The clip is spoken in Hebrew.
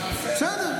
אז בסדר.